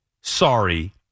sorry